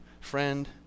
friend